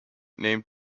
named